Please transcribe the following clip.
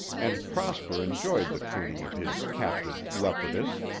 and prosper enjoyed the training of his captive leopardess,